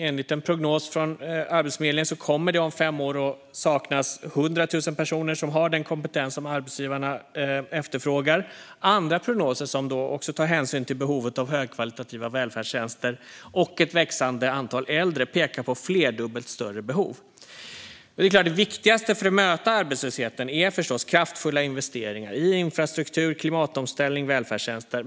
Enligt en prognos från Arbetsförmedlingen kommer det om fem år att saknas 100 000 personer som har den kompetens som arbetsgivarna efterfrågar. Andra prognoser som också tar hänsyn till behovet av högkvalitativa välfärdstjänster och ett växande antal äldre pekar på ett flerdubbelt större behov. Det viktigaste för att möta arbetslösheten är förstås kraftfulla investeringar i infrastruktur, klimatomställning och välfärdstjänster.